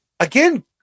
again